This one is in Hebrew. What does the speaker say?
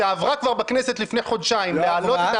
שעברה כבר בכנסת לפני חודשיים להעלות את